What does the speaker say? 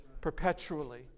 perpetually